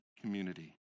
community